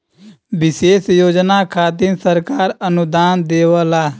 विशेष योजना खातिर सरकार अनुदान देवला